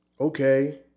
okay